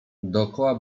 dokoła